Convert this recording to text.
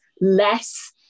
less